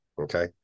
Okay